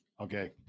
Okay